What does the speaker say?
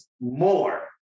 more